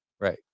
Right